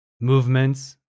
movements